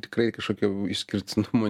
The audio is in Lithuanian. tikrai kažkokio išskirtinumo